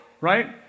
right